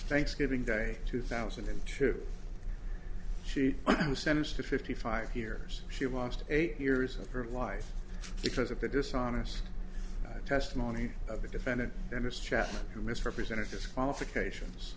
thanksgiving day two thousand and two she was sentenced to fifty five here she lost eight years of her life because of the dishonest testimony of the defendant and his chest and misrepresented disqualifications